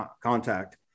contact